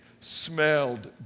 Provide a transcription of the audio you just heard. smelled